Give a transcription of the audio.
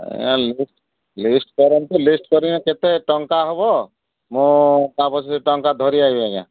ଆଜ୍ଞା ଲିଷ୍ଟ୍ କରନ୍ତୁ ଲିଷ୍ଟ୍ କରିକି କେତେ ଟଙ୍କା ହେବ ମୁଁ ତା ପଛରେ ଟଙ୍କା ଧରି ଆଇବି ଆଜ୍ଞା